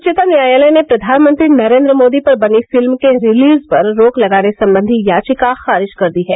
उच्चतम न्यायालय ने प्रधानमंत्री नरेन्द्र मोदी पर बनी फिल्म के रिलीज पर रोक लगाने संबंधी याचिका खारिज कर दी है